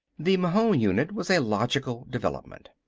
the mahon unit was a logical development.